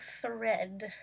thread